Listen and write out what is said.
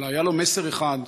אבל היה לו מסר אחד,